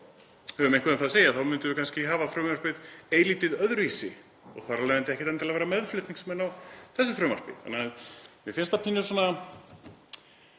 við höfum eitthvað um það að segja þá myndum við kannski hafa frumvarpið eilítið öðruvísi og þar af leiðandi ekkert endilega vera meðflutningsmenn á þessu frumvarpi. Þannig að mér finnst pínu